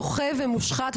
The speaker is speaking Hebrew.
דוחה ומושחת,